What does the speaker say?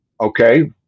okay